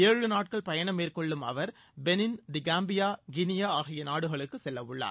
ஏழு நாட்கள் பயணம் மேற்கொள்ளும் அவர் பெனின் காம்பியா கினியா ஆகிய நாடுகளுக்கு செல்லவுள்ளார்